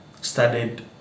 started